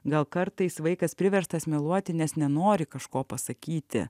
gal kartais vaikas priverstas meluoti nes nenori kažko pasakyti